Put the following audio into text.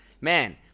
Man